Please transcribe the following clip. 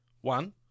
One